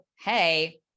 hey